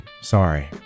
sorry